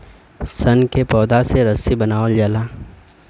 सन क पौधा से रस्सी बनावल जाला